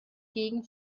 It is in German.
gegen